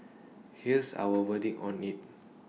here's our verdict on IT